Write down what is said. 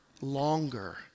longer